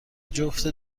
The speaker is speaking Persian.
جفت